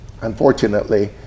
unfortunately